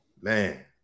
Man